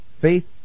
Faith